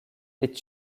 est